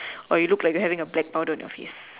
while you look like you having a blackout on your feet